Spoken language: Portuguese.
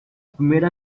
primeira